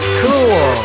cool